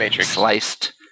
Sliced